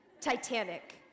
Titanic